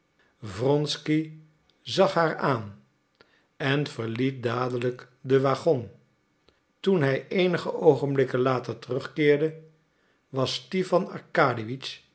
wronsky zag haar aan en verliet dadelijk den waggon toen hij eenige oogenblikken later terugkeerde was